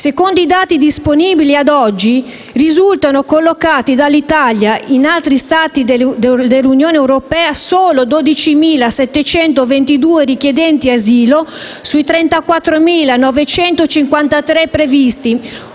Secondo i dati disponibili ad oggi risultano ricollocati dall'Italia in altri stati dell'Unione europea solo 12.722 richiedenti asilo sui 34.953 previsti.